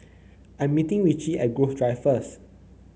I'm meeting Richie at Grove Drive first